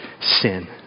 sin